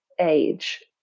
age